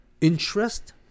interest